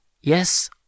Yes